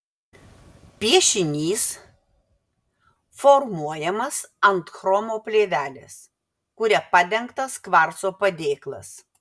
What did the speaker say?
piešinys formuojamas ant chromo plėvelės kuria padengtas kvarco padėklas